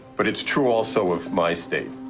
but it's true also of my state.